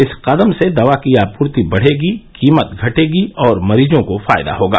इस कदम से दवा की आपूर्ति बढ़ेगी कीमत घटेगी और मरीजों को फायदा होगा